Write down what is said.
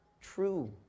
true